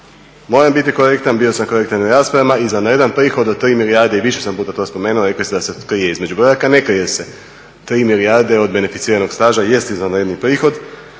Moram biti korektan, bio sam korektan i na raspravama i na jedan prihod od 3 milijarde i više sam puta to spomenuo rekli ste da se krije između brojaka, ne krije se, 3 milijarde od beneficiranog staža jest izvanredni prihod